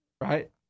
Right